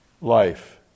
life